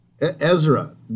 Ezra